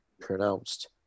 pronounced